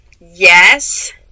yes